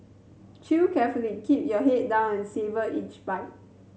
chew carefully keep your head down and savour each bite